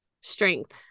strength